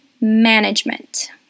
management